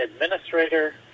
administrator